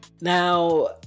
Now